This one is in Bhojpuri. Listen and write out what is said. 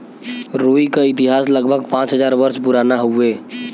रुई क इतिहास लगभग पाँच हज़ार वर्ष पुराना हउवे